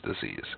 disease